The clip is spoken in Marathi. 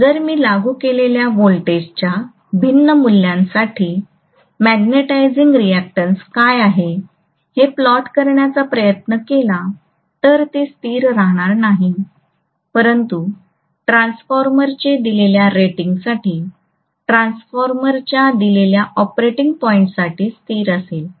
म्हणून जर मी लागू केलेल्या व्होल्टेजेसच्या भिन्न मूल्यांसाठी मॅग्नेटिझिंग रिएक्टन्स काय आहे हे प्लॉट करण्याचा प्रयत्न केला तर ते स्थिर राहणार नाही परंतु ट्रान्सफॉर्मरचे दिलेल्या रेटिंगसाठी ट्रान्सफॉर्मरच्या दिलेल्या ऑपरेटिंग पॉईंटसाठी स्थिर असेल